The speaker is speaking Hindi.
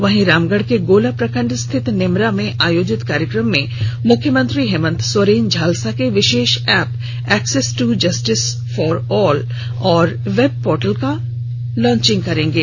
वहीं रामगढ़ के गोला प्रखंड स्थित नेमरा में आयोजित कार्यक्रम में मुख्यमंत्री हेमन्त सोरेन झालसा के विशेष app access to justice for all और वेब पोर्टल लांच करेंगे